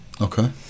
okay